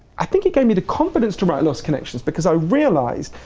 i think it gave me the confidence to write lost connections because i realise,